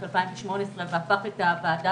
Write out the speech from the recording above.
לו הוועדה